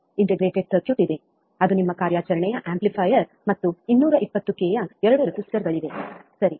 integrated circuit ಇದೆ ಅದು ನಿಮ್ಮ ಕಾರ್ಯಾಚರಣೆಯ ಆಂಪ್ಲಿಫಯರ್ ಮತ್ತು 220 ಕೆ ಯ 2 ರೆಸಿಸ್ಟರ್ಗಳಿವೆ ಸರಿ